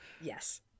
Yes